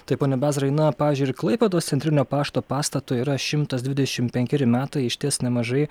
taip pone bezarai na pavyzdžiui ir klaipėdos centrinio pašto pastatui yra šimtas dvidešimt penkeri metai išties nemažai